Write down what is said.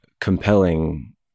compelling